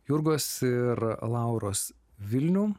jurgos ir lauros vilnių